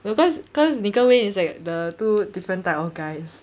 no cause cause 你跟 wayne is like the two different type of guys